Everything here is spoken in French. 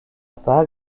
pas